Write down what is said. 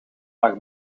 lag